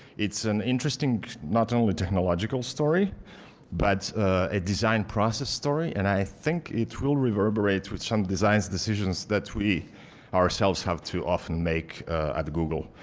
it's an interesting not only technological story but a design process story and i think it will reverberate with some designs decisions that we ourselves have to often make at google.